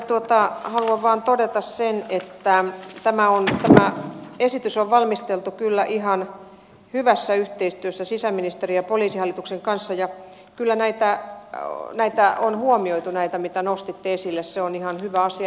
minä haluan vain todeta sen että tämä esitys on valmisteltu kyllä ihan hyvässä yhteistyössä sisäministeriön ja poliisihallituksen kanssa ja kyllä näitä mitä nostitte esille on huomioitu se on ihan hyvä asia